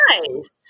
Nice